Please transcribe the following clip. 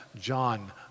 John